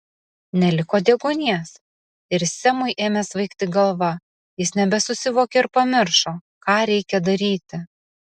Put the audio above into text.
neliko deguonies ir semui ėmė svaigti galva jis nebesusivokė ir pamiršo ką reikia daryti